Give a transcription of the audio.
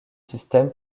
système